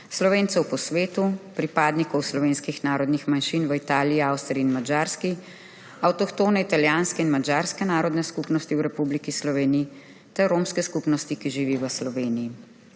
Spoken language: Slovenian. Slovencev po svetu, pripadnikov slovenskih narodnih manjšin v Italiji, Avstriji in Madžarski, avtohtone italijanske in madžarske narodne skupnosti v Republiki Sloveniji ter romske skupnosti, ki živi v Sloveniji.